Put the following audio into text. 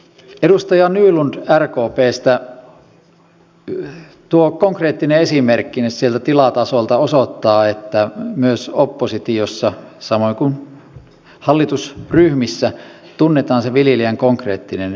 edustaja nylund rkpstä tuo konkreettinen esimerkkinne sieltä tilatasolta osoittaa että myös oppositiossa samoin kuin hallitusryhmissä tunnetaan se viljelijän konkreettinen tilanne